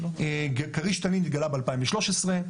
כריש/תנין התגלה ב-2013,